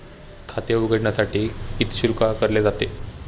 खाते उघडण्यासाठी किती शुल्क आकारले जाते?